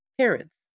parents